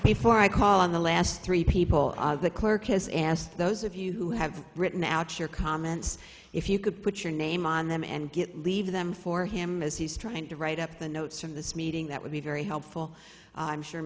before i call on the last three people the clerk has asked those of you who have written out your comments if you could put your name on them and get leave them for him as he's trying to write up the notes from this meeting that would be very helpful i'm sure